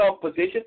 position